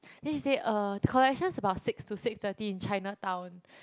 then she say uh collection's about six to six thirty in Chinatown